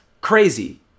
crazy